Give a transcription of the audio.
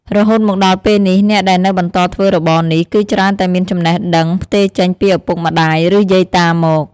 រហូតមកដល់ពេលនេះ អ្នកដែលនៅបន្តធ្វើរបរនេះ គឺច្រើនតែមានចំណេះដឹងផ្ទេរចេញពីឪពុក ម្ដាយ ឬយាយតាមក។